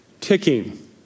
ticking